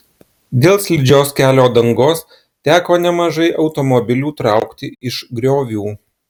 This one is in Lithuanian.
dėl slidžios kelio dangos teko nemažai automobilių traukti iš griovių